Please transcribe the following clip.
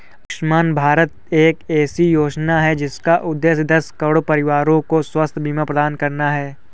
आयुष्मान भारत एक ऐसी योजना है जिसका उद्देश्य दस करोड़ परिवारों को स्वास्थ्य बीमा प्रदान करना है